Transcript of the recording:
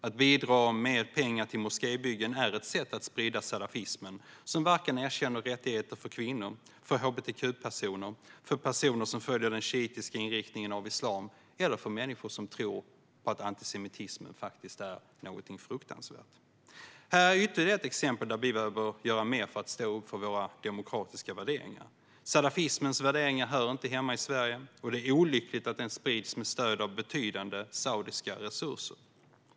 Att bidra med pengar till moskébyggen är ett sätt att sprida salafismen, som varken erkänner rättigheter för kvinnor, för hbtq-personer, för personer som följer den shiitiska inriktningen av islam eller för människor som tror på att antisemitismen faktiskt är någonting fruktansvärt. Här är ytterligare ett exempel där vi behöver göra mer för att stå upp för våra demokratiska värderingar. Salafismens värderingar hör inte hemma i Sverige, och det är olyckligt att den sprids med stöd av betydande saudiska resurser.